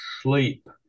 sleep